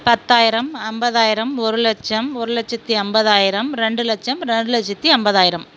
பத்தாயிரம் ஐம்பதாயிரம் ஒரு லட்சம் ஒரு லட்சத்து ஐம்பதாயிரம் ரெண்டு லட்சம் ரெண்டு லட்சத்து ஐம்பதாயிரம்